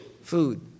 Food